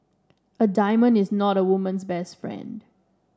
a diamond is not a woman's best friend